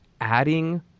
adding